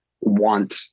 want